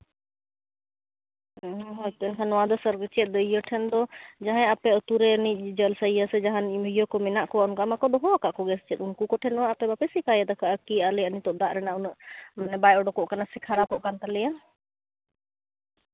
ᱦᱮᱸ ᱦᱮᱸ ᱦᱳᱭᱛᱚ ᱱᱚᱣᱟ ᱫᱚ ᱥᱚᱨᱵᱚ ᱪᱮᱫ ᱤᱭᱟᱹ ᱴᱷᱮᱱ ᱫᱚ ᱡᱟᱦᱟᱸᱭ ᱟᱯᱮ ᱟᱛᱳ ᱨᱮᱱ ᱩᱱᱤ ᱡᱮ ᱥᱮᱵᱚᱠ ᱥᱮ ᱡᱟᱦᱟᱱ ᱤᱭᱟᱹ ᱠᱚ ᱢᱮᱱᱟᱜ ᱠᱚᱣᱟ ᱚᱱᱠᱟᱱ ᱵᱟᱠᱚ ᱫᱚᱦᱚᱣᱟᱠᱟᱫ ᱠᱚᱜᱮᱭᱟ ᱥᱮ ᱪᱮᱫ ᱩᱝᱠᱩ ᱠᱚᱴᱷᱮᱱ ᱦᱚᱸ ᱟᱯᱮ ᱵᱟᱯᱮ ᱥᱤᱠᱟᱭᱚᱛ ᱟᱠᱟᱜᱼᱟ ᱠᱤ ᱟᱞᱮᱭᱟᱜ ᱱᱤᱛᱳᱜ ᱫᱟᱜ ᱨᱮᱱᱟᱜ ᱢᱟᱱᱮ ᱵᱟᱝ ᱩᱰᱩᱠᱚᱜ ᱠᱟᱱᱟ ᱥᱮ ᱠᱷᱟᱨᱟᱯᱚᱜ ᱠᱟᱱ ᱛᱟᱞᱮᱭᱟ